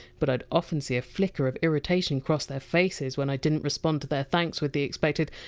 but i'd often see a flicker of irritation cross their faces when i didn't respond to their thanks with the expected,